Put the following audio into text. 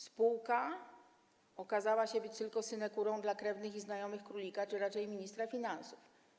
Spółka okazała się tylko synekurą dla krewnych i znajomych królika czy raczej ministra finansów.